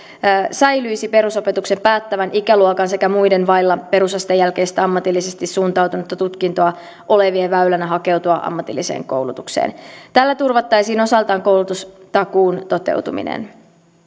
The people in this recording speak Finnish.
säilyisi perusopetuksen päättävän ikäluokan sekä muiden vailla perusasteen jälkeistä ammatillisesti suuntautunutta tutkintoa olevien väylänä hakeutua ammatilliseen koulutukseen tällä turvattaisiin osaltaan koulutustakuun toteutuminen